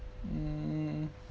um